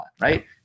right